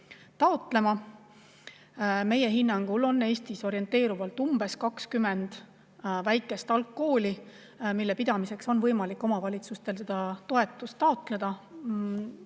taotlema. Meie hinnangul on Eestis orienteerivalt 20 väikest algkooli, mille pidamiseks on võimalik omavalitsustel seda toetust taotleda.